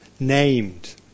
Named